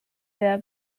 der